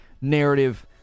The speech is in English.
narrative